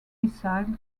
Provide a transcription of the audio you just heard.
missile